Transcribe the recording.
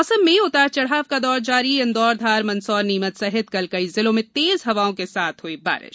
मौसम में उतार चढ़ाव का दौर जारी इन्दौर धार मंदसौर नीमच सहित कल कई जिलों में तेज हवाओं के साथ हई बारिश